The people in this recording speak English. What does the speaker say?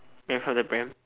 in front of the pram